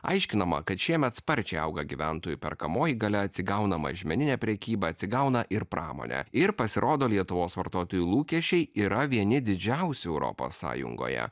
aiškinama kad šiemet sparčiai auga gyventojų perkamoji galia atsigauna mažmeninė prekyba atsigauna ir pramonė ir pasirodo lietuvos vartotojų lūkesčiai yra vieni didžiausių europos sąjungoje